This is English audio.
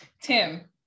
Tim